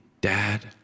Dad